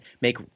make